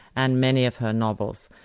and many of her novels,